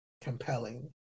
compelling